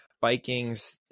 Vikings